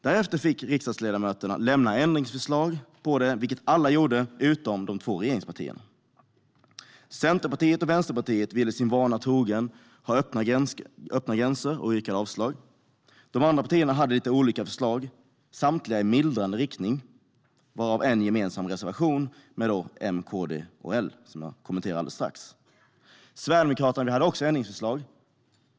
Därefter fick riksdagsledamöterna lämna ändringsförslag till lagförslaget, vilket alla gjorde utom de två regeringspartierna. Centerpartiet och Vänsterpartiet ville sin vana trogen ha öppna gränser och yrkade avslag. De andra partierna hade lite olika förslag, samtliga i mildrande riktning, varav en gemensam reservation från M, KD och L, som jag ska kommentera alldeles strax. Vi sverigedemokrater hade också ändringsförslag.